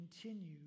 continue